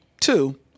Two